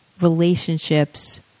relationships